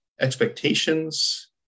expectations